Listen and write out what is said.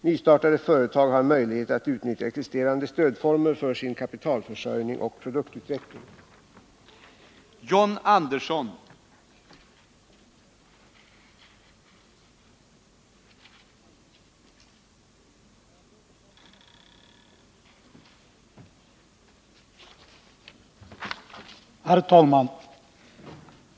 Nystartade företag har möjlighet att Om dispositionen utnyttja existerande stödformer för sin kapitalförsörjning och produktut — av visst bidrag till